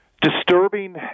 disturbing